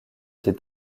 des